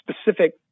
specific